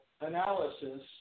analysis